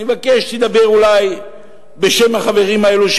אני מבקש שאולי תדבר בשם החברים האלה פה,